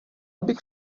bych